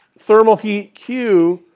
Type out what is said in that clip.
thermal heat, q,